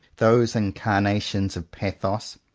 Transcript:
those incar nations of pathos.